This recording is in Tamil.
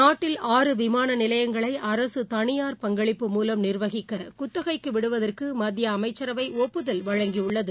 நாட்டில் விமானநிலையங்களைஅரசு தனியார் பங்களிப்பு ஆற மூலம்நிர்வகிக்குத்தகைக்குவிடுவதற்குமத்தியஅமைச்சரவைஒப்புதல் வழங்கியுள்ளது